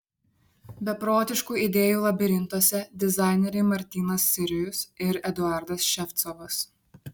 beprotiškų idėjų labirintuose dizaineriai martynas sirius ir eduardas ševcovas